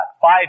Five